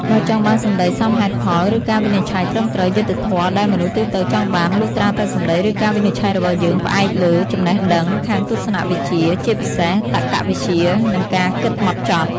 បើចង់បានសម្ដីសមហេតុផលឬការវិនិច្ឆ័យត្រឹមត្រូវ យុត្តិធម៌ដែលមនុស្សទូទៅចង់បាន លុះត្រាតែសម្ដី ឬការវិនិច្ឆ័យរបស់យើងផ្អែកលើចំណេះដឹងខាងទស្សនវិជ្ជា ជាពិសេស តក្កវិជ្ជា និងការគិតហ្មត់ចត់។